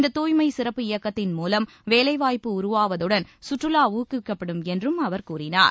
இந்த தூய்மை சிறப்பு இயக்கத்தின் மூலம் வேலைவாய்ப்பு உருவாவதுடன் சுற்றுவா ஊக்குவிக்கப்படும் என்றும் அவர் கூறினார்